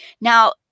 Now